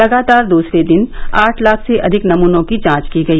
लगातार दूसरे दिन आठ लाख से अधिक नमूनों की जांच की गई